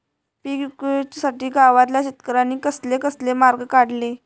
पीक विकुच्यासाठी गावातल्या शेतकऱ्यांनी कसले कसले मार्ग काढले?